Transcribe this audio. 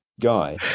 guy